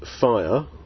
fire